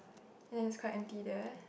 then it's quite empty there